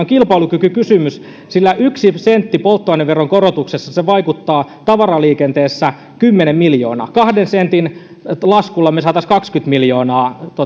kilpailukykykysymys sillä yksi sentti polttoaineveron korotuksessa vaikuttaa tavaraliikenteessä kymmenen miljoonaa kahden sentin laskulla me saisimme kaksikymmentä miljoonaa